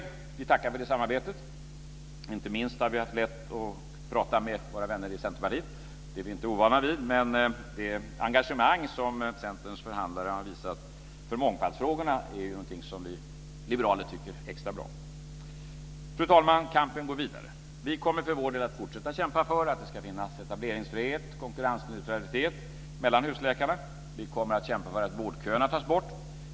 Vi tackar för det samarbetet. Inte minst har vi haft lätt att prata med våra vänner i Centerpartiet. Det är vi inte ovana vid, men det engagemang som Centerns förhandlare har visat för mångfaldsfrågorna är någonting som vi liberaler tycker extra bra om. Fru talman! Kampen går vidare. Vi kommer för vår del att fortsätta kämpa för att det ska finnas etableringsfrihet och konkurrensneutralitet mellan husläkarna. Vi kommer att kämpa för att vårdköerna tas bort.